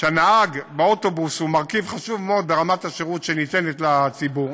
והנהג באוטובוס הוא מרכיב חשוב מאוד ברמת השירות שניתנת לציבור